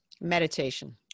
Meditation